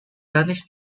danish